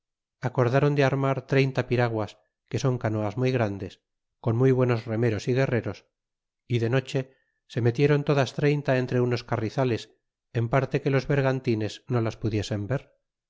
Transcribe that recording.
acordron de armar treinta piraguas que son canoas muy grandes con muy buenos remeros y guerreros y de noche se metieron todas treinta entre unos carrizales en parte que los bergantines no las pudiesen ver